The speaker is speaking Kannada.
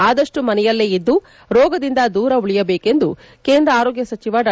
ಆದಷ್ಟು ಮನೆಯಲ್ಲೇ ಇದ್ದು ರೋಗದಿಂದ ದೂರ ಉಳಿಯಬೇಕು ಎಂದು ಕೇಂದ್ರ ಆರೋಗ್ಯ ಸಚಿವ ಡಾ